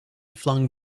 flung